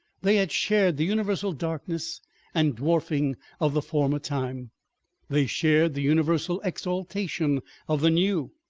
they had shared the universal darkness and dwarfing of the former time they shared the universal exaltation of the new.